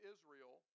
Israel